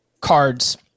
cards